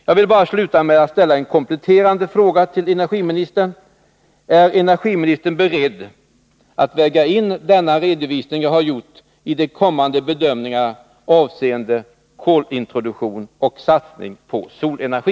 Jag vill sluta med att ställa en kompletterande fråga till energiministern: Är energiministern beredd att väga in den redovisning jag har gjort i de kommande bedömningarna avseende kolintroduktion och satsning på solenergi?